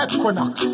Equinox